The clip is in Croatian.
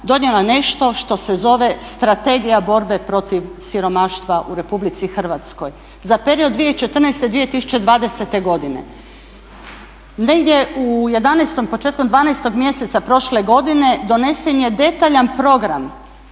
donijela nešto što se zove Strategija borbe protiv siromaštva u RH za period 2014.-2020.godine. Negdje u 11., početkom 12.mjeseca prošle godine donesen je detaljan program